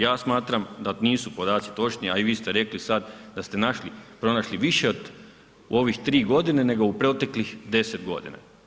Ja smatram da nisu podaci točni, a i vi ste rekli sad da ste našli, pronašli više od u ovih 3 godine nego u proteklih 10 godina.